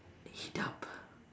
heat up